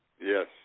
Yes